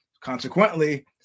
Consequently